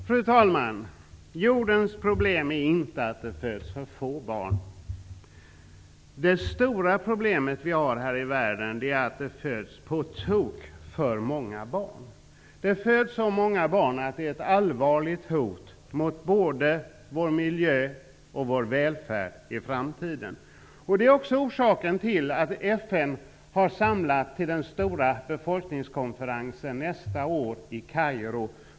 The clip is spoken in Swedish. Fru talman! Jordens problem är inte att det föds för få barn. Det stora problemet är att det föds på tok för många barn. Det föds så många barn att det är ett allvarligt hot mot både vår miljö och vår välfärd i framtiden. Detta är också orsaken till att FN har samlat till den stora befolkningskonferensen nästa år i Kairo.